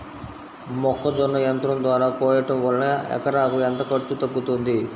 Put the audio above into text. మొక్కజొన్న యంత్రం ద్వారా కోయటం వలన ఎకరాకు ఎంత ఖర్చు తగ్గుతుంది?